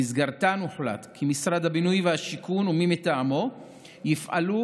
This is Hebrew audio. במסגרתן הוחלט כי משרד הבינוי והשיכון ומי מטעמו יפעלו